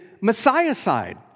Messiah-side